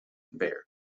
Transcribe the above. conveyor